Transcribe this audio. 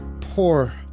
poor